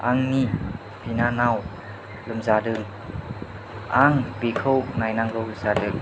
आंनि बिनानाव लोमजादों आं बेखौ नायनांगौ जादों